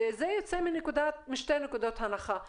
זה יוצא משתי נקודות הנחה בסיסיות: